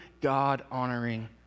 God-honoring